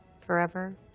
Forever